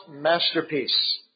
Masterpiece